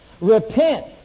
Repent